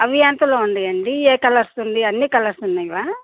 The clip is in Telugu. అవి ఎంతలో ఉన్నాయండి ఏ కలర్స్ ఉన్నాయి అన్నీ కలర్స్ ఉన్నాయా